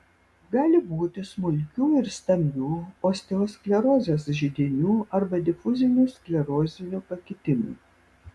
gali būti smulkių ir stambių osteosklerozės židinių arba difuzinių sklerozinių pakitimų